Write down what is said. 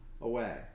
away